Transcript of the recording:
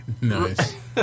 Nice